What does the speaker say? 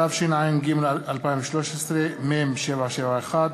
התשע"ג 2013, מ/771,